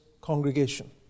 congregation